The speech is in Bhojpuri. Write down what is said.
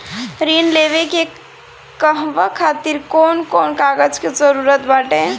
ऋण लेने के कहवा खातिर कौन कोन कागज के जररूत बाटे?